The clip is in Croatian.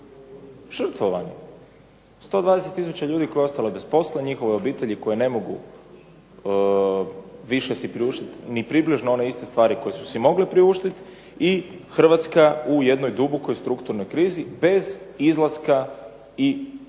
žrtvovani. 120 tisuća ljudi koje su ostale bez posla, njihove obitelji koje si ne mogu priuštiti ni približno one iste stvari koje su si mogli priuštiti i Hrvatska u jednoj dubokoj strukturnoj krizi bez izlaska i